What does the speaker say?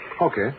Okay